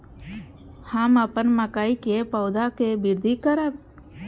हम अपन मकई के पौधा के वृद्धि करब?